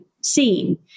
seen